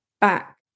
back